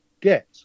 get